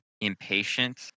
impatient